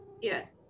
Yes